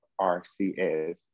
RCS